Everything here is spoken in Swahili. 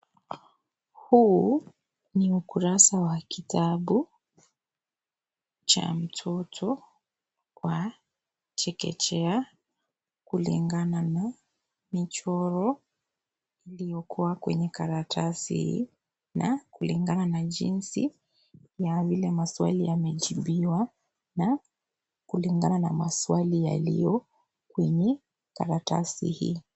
Huu ni ukurasa wa kitabu choa mtoto wa chekechea. Kulingana na michoro iliyokuwa kwenye karatasi hii. Na kulingana na jinsi ya vile maswali yamechibiwa. Na kulingana na maswali yaliyo kwenye karatasi hii.